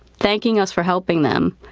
thanking us for helping them.